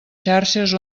xarxes